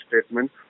statement